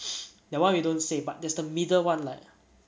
that [one] we don't say but there's the middle [one] like